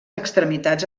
extremitats